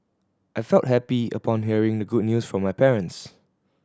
I felt happy upon hearing the good news from my parents